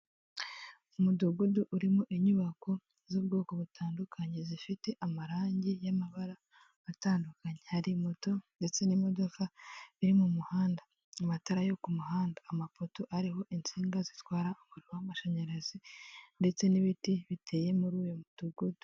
Umudugudu urimo inyubako z'ubwoko butandukanye zifite amarangi y'amabara atandukanye, hari moto ndetse n'imodoka iri mu muhanda, amatara yo ku muhanda, amapoto ariho insinga zitwara umuriro w'amashanyarazi, ndetse n'ibiti biteye muri uyu mudugudu.